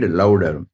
louder